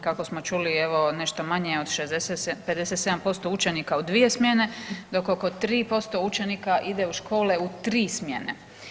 Kako smo čuli evo nešto manje od 67, 57% učenika u dvije smjene, dok oko 3% učenika ide u škole u 3 smjene.